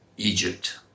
Egypt